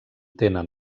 tenen